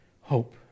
hope